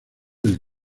del